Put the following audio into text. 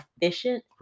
efficient